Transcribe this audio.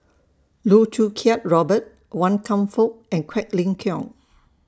Loh Choo Kiat Robert Wan Kam Fook and Quek Ling Kiong